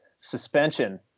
suspension